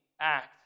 act